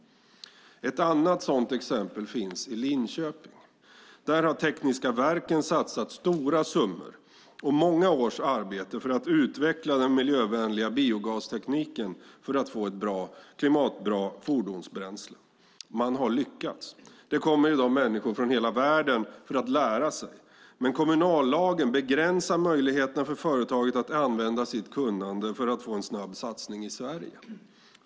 Ett annat sådant exempel finns i Linköping. Där har Tekniska Verken satsat stora summor och många års arbete på att utveckla den miljövänliga biogastekniken för att få ett klimatbra fordonsbränsle. Man har lyckats. Det kommer i dag människor från hela världen för att lära sig. Men kommunallagen begränsar möjligheterna för företaget att använda sitt kunnande för att få en snabb satsning i Sverige.